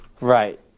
Right